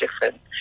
different